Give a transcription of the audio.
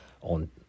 on